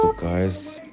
guys